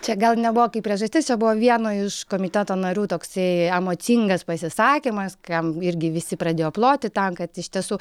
čia gal nebuvo kaip priežastis čia buvo vieno iš komiteto narių toksai emocingas pasisakymas kam irgi visi pradėjo ploti tam kad iš tiesų